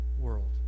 world